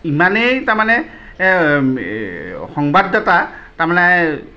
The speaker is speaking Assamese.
ইমানেই তাৰমানে সংবাদদাতা তাৰমানে